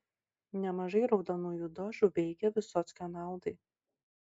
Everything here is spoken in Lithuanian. nemažai raudonųjų dožų veikė vysockio naudai